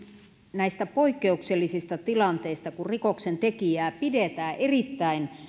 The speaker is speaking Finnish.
näistä poikkeuksellisista tilanteista kun rikoksentekijää pidetään erittäin